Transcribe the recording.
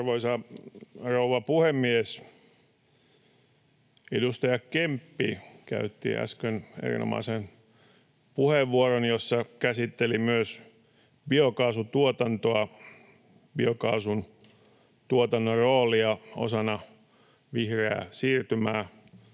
Arvoisa rouva puhemies! Edustaja Kemppi käytti äsken erinomaisen puheenvuoron, jossa käsitteli myös biokaasutuotantoa, biokaasun tuotannon roolia osana vihreää siirtymää,